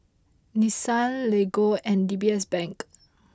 Nissan Lego and D B S Bank